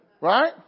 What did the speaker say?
Right